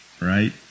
right